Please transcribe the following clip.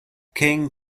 king